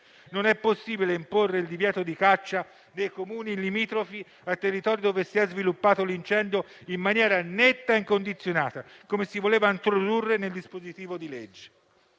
Non è possibile imporre il divieto di caccia nei Comuni limitrofi ai territori dove si è sviluppato l'incendio in maniera netta e incondizionata, come si voleva fare nel dispositivo di legge.